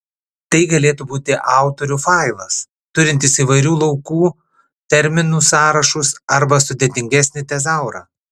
tai galėtų būti autorių failas turintis įvairių laukų terminų sąrašus arba sudėtingesnį tezaurą